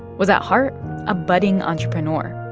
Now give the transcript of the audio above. was at heart a budding entrepreneur.